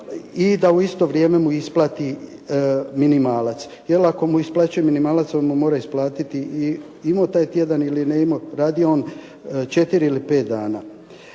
i da u isto vrijeme mu isplati minimalac jer ako mu isplaćuje minimalac, on mu mora isplatiti imao taj tjedan ili nemao, radio on 4 ili 5 dana.